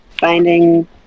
Finding